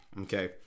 Okay